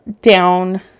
down